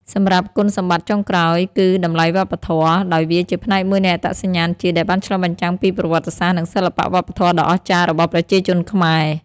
សម្រាប់គុណសម្បត្តិចុងក្រោយគឺតម្លៃវប្បធម៌ ដោយវាជាផ្នែកមួយនៃអត្តសញ្ញាណជាតិដែលបានឆ្លុះបញ្ចាំងពីប្រវត្តិសាស្ត្រ និងសិល្បៈវប្បធម៌ដ៏អស្ចារ្យរបស់ប្រជាជនខ្មែរ។